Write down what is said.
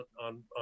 on